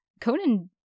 Conan